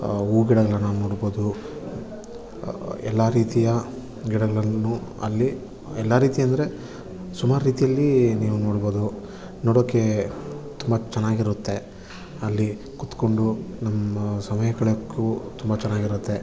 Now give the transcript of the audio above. ಹೂ ಗಿಡಗಳನ್ನು ನೋಡ್ಬೋದು ಎಲ್ಲ ರೀತಿಯ ಗಿಡಗಳನ್ನು ಅಲ್ಲಿ ಎಲ್ಲ ರೀತಿ ಅಂದರೆ ಸುಮಾರು ರೀತಿಯಲ್ಲಿ ನೀವು ನೋಡ್ಬೋದು ನೋಡೋಕ್ಕೆ ತುಂಬ ಚೆನ್ನಾಗಿರುತ್ತೆ ಅಲ್ಲಿ ಕೂತ್ಕೊಂಡು ನಮ್ಮ ಸಮಯ ಕಳೆಯೋಕು ತುಂಬ ಚೆನ್ನಾಗಿರುತ್ತೆ